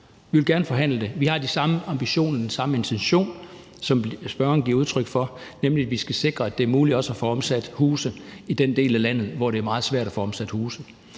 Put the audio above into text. Vi vil gerne forhandle det. Vi har de samme ambitioner og den samme intention, som spørgeren giver udtryk for, nemlig at vi skal sikre, at det er muligt også at få omsat huse i den del af landet, hvor det er meget svært at få omsat huse.